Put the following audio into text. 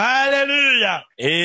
Hallelujah